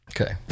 Okay